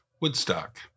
Woodstock